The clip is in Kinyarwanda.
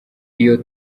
iyo